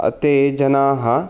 ते जनाः